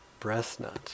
Breastnut